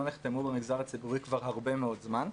לא נחתמו במגזר הציבורי כבר הרבה מאוד זמן.